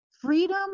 freedom